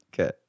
Okay